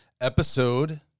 episode